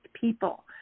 people